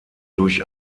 durch